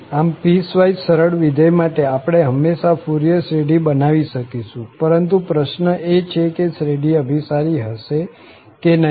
આમ પીસવાઈસ સરળ વિધેય માટે આપણે હંમેશા ફુરિયર શ્રેઢી બનાવી શકીશું પરંતુ પ્રશ્ન એ છે કે શ્રેઢી અભિસારી હશે કે નહીં